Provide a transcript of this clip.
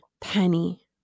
penny